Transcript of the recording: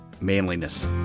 manliness